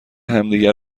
همدیگه